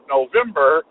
November